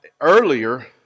earlier